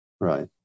Right